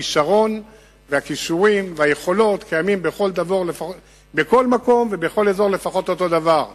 הכשרון והכישורים והיכולות קיימים בכל מקום ובכל אזור לפחות אותו דבר.